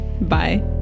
bye